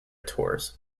tours